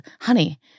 Honey